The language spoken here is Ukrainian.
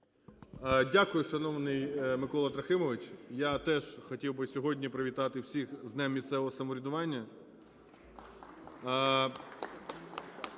Дякую, шановний Микола Трохимович! Я теж хотів би сьогодні привітати всіх з Днем місцевого самоврядування.